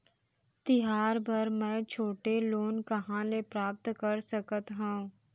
तिहार बर मै छोटे लोन कहाँ ले प्राप्त कर सकत हव?